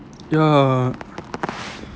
ya